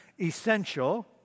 essential